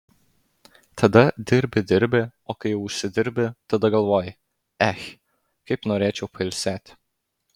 tada dirbi dirbi o kai jau užsidirbi tada galvoji ech kaip norėčiau pailsėti